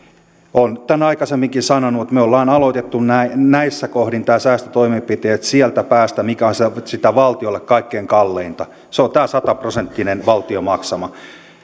olen tämän asian aikaisemminkin sanonut että me olemme aloittaneet näissä kohdin säästötoimenpiteet siitä päästä mikä on valtiolle sitä kaikkein kalleinta se on tämä sata prosenttinen valtion maksama tuki